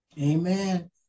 Amen